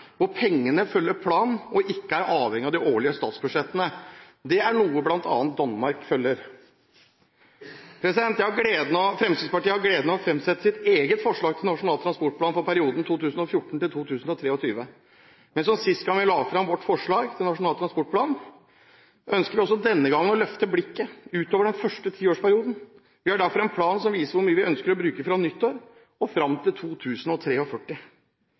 hvor pengene følger planen og ikke er avhengig av de årlige statsbudsjettene. Det er noe bl.a. Danmark følger. Fremskrittspartiet har gleden av å fremsette sitt eget forslag til Nasjonal transportplan for perioden 2014–2023. Som sist gang vi la fram vårt forslag til Nasjonal transportplan, ønsker vi også denne gangen å løfte blikket utover den første tiårsperioden. Vi har derfor en plan som viser hvor mye vi ønsker å bruke fra nyttår og fram til 2043. Fremskrittspartiet vil bruke mulighetene og